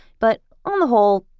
but on the whole,